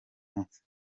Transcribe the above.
munsi